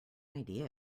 idea